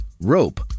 rope